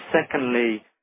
Secondly